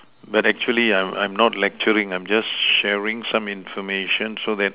but actually I'm I'm not lecturing I'm just sharing some information so that